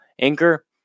Anchor